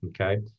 okay